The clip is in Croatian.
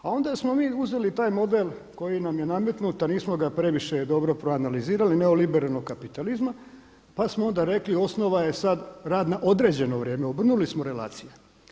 A onda smo mi uzeli taj model koji nam je nametnut a nismo ga previše dobro proanalizirali, neoliberalno kapitalizma, pa smo onda rekli osnova je sad rad na određeno vrijeme, obrnuli smo relacije.